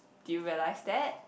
do you realise that